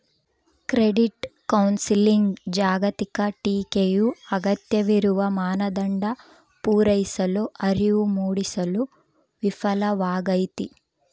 credit ಕೌನ್ಸೆಲಿಂಗ್ನ ಜಾಗತಿಕ ಟೀಕೆಯು ಅಗತ್ಯವಿರುವ ಮಾನದಂಡ ಪೂರೈಸಲು ಅರಿವು ಮೂಡಿಸಲು ವಿಫಲವಾಗೈತಿ